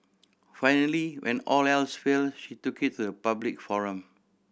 finally when all else failed she took it to the public forum